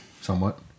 somewhat